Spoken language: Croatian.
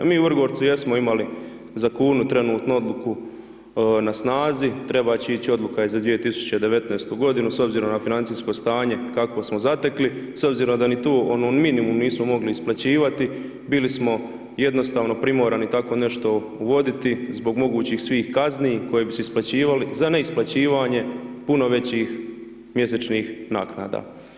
Mi u Vrgorcu jesmo imali za kunu trenutno odluku na snazi, trebat će ići odluka i za 2019.-tu godinu s obzirom na financijsko stanje kakvo smo zatekli, s obzirom da ni tu ono minimum nismo mogli isplaćivati, bili smo jednostavno primorani tako nešto uvoditi zbog mogućih svih kazni koje bi se isplaćivali, za neisplaćivanje puno većih mjesečnih naknada.